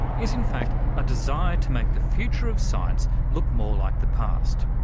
is in fact a desire to make the future of science look more like the past,